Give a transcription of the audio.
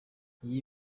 iyi